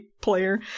player